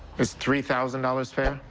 is three thousand dollars fair?